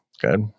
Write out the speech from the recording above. Good